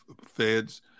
feds